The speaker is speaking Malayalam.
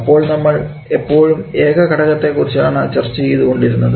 അപ്പോൾ നമ്മൾ എപ്പോഴും ഏക ഘടകത്തെ കുറിച്ചാണ് ചർച്ച ചെയ്തു കൊണ്ടിരുന്നത്